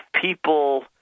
people